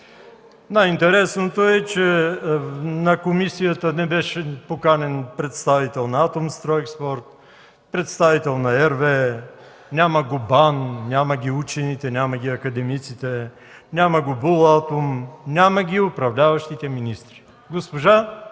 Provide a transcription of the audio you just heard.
Най-интересното е, че на комисията не беше поканен представител на „Атомстройекспорт”, представител на RWE, няма го БАН, няма ги учените, няма ги академиците, няма го „Булатом”, няма ги управляващите министри – госпожа